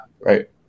right